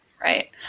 Right